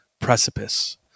precipice